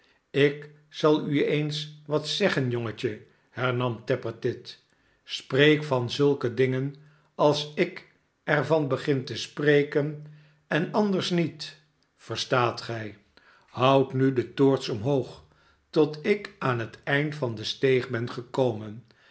slk zal u eens watzeggen jongetje hernam tappertit spreek van zulke dingen als ik er van begin te spreken en anders niet verstaat gij houdt nu de toorts omhoog tot ik aan het eind van de steeg ben gekomen